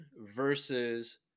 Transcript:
versus